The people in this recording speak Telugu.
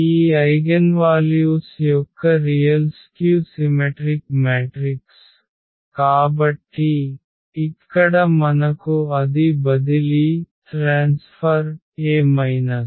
ఈ ఐగెన్వాల్యూస్ యొక్క రియల్ స్క్యు సిమెట్రిక్ మ్యాట్రిక్స్ కాబట్టి ఇక్కడ మనకు అది బదిలీ A మైనస్